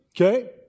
Okay